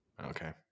Okay